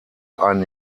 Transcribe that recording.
ein